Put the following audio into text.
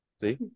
See